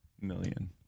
million